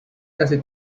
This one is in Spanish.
casi